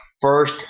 first